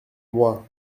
moi